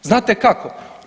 Znate kako?